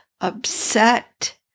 upset